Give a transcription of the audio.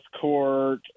court